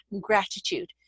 gratitude